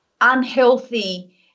unhealthy